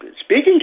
speaking